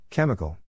Chemical